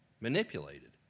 manipulated